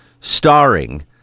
starring